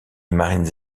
marines